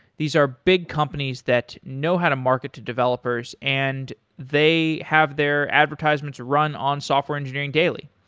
these are big companies that know how to market to developers and they have their advertisements run on software engineering daily.